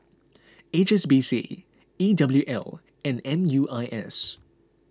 H S B C E W L and M U I S